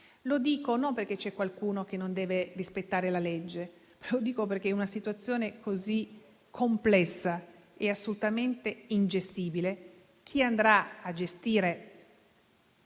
Lo dico non perché c'è qualcuno che non deve rispettare la legge, ma perché in una situazione così complessa e assolutamente ingestibile chi andrà a gestire